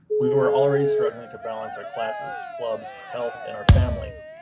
we were already struggling to balance our classes, clubs, health and our families.